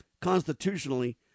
Constitutionally